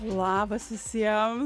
labas visiem